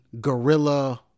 guerrilla